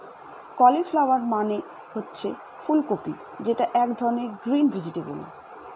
cauliflower মানে হচ্ছে ফুল কপি যেটা এক ধরনের গ্রিন ভেজিটেবল